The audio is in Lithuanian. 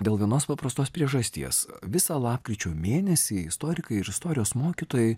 dėl vienos paprastos priežasties visą lapkričio mėnesį istorikai ir istorijos mokytojai